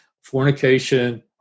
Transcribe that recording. fornication